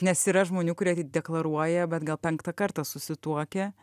nes yra žmonių kurie deklaruoja bet gal penktą kartą susituokę